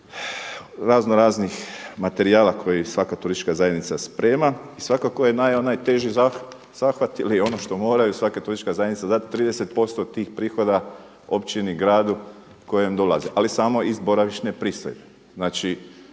razno raznih materijala koji svaka turistička zajednica sprema i svakako je onaj najteži zahvat ili ono što moraju svaka turistička zajednica dat 30% tih prihoda općini, gradu kojem dolaze ali samo iz boravišne pristojbe.